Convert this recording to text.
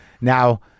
Now